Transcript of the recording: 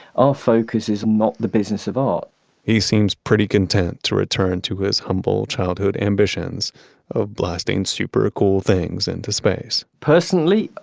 our focus is not the business of art he seems pretty content to return to his humble childhood ambitions of blasting super cool things into space personally,